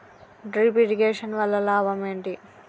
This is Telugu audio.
డ్రిప్ ఇరిగేషన్ వల్ల లాభం ఏంటి?